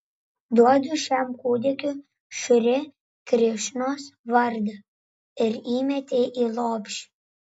duodu šiam kūdikiui šri krišnos vardą ir įmetė į lopšį